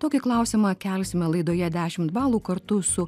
tokį klausimą kelsime laidoje dešimt balų kartu su